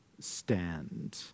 stand